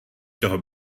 toho